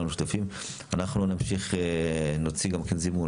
אנחנו נוציא זימון.